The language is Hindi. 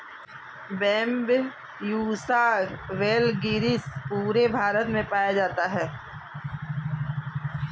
बैम्ब्यूसा वैलगेरिस पूरे भारत में पाया जाता है